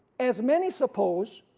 as many suppose,